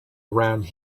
around